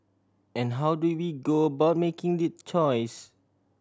and how do we go about making that choice